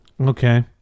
Okay